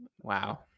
Wow